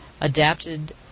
adapted